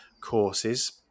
courses